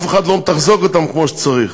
אף אחד לא מתחזק אותם כמו שצריך.